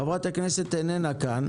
חברת הכנסת איננה כאן.